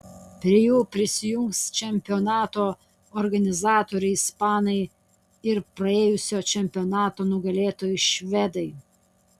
prie jų prisijungs čempionato organizatoriai ispanai ir praėjusio čempionato nugalėtojai švedai